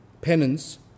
penance